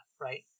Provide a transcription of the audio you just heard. Right